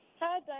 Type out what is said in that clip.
Hi